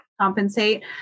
compensate